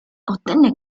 ottenne